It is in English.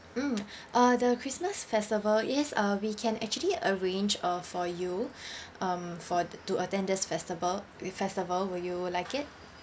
mm uh the christmas festival yes uh we can actually arrange uh for you um for to attend this festival with festival will you like it